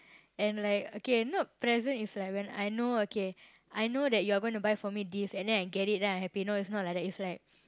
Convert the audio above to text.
and like okay you know present is like when I know okay I know that you are gonna buy for me this and then I get it then I happy no it's not like that it's like